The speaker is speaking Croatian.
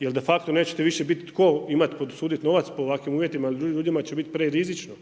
Jer de facto nećete ti više biti tko imati posuditi novac po ovakvim uvjetima jer ljudima će biti prerizično.